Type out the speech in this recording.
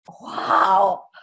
wow